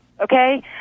Okay